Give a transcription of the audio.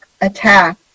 attack